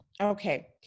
Okay